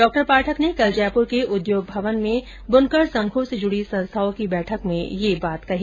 डा पाठक ने कल जयपुर के उद्योग भवन में बुनकर संघों से जुडी संस्थाओं को बैठक में ये बात कही